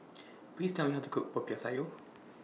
Please Tell Me How to Cook Popiah Sayur